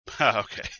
Okay